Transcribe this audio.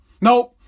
Nope